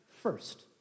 first